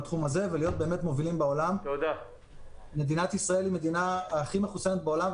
בהסכמים כתוב שתוך שנה רת"א ישראלי ורת"א של מדינות המפרץ יסכמו.